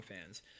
fans